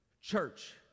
Church